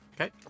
okay